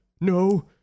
no